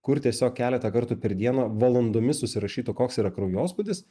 kur tiesiog keletą kartų per dieną valandomis užsirašytų koks yra kraujospūdis